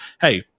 hey